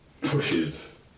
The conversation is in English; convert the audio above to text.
pushes